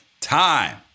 time